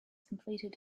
competed